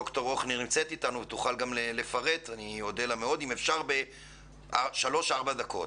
ד"ר הוכנר, אם אפשר, שלוש או ארבע דקות.